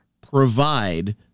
provide